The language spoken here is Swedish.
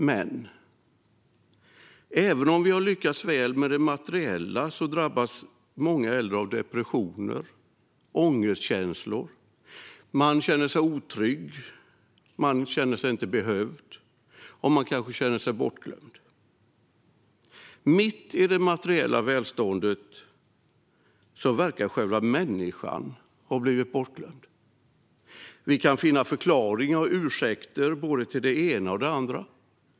Men även om vi har lyckats väl med det materiella drabbas många äldre av depressioner och ångestkänslor. Man känner sig otrygg, man känner sig inte behövd och man kanske känner sig bortglömd. Mitt i det materiella välståndet verkar själva människan ha blivit bortglömd. Vi kan finna förklaringar och ursäkter till både det ena och det andra.